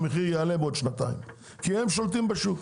המחיר יעלה בעוד שנתיים כי הם שולטים בשוק.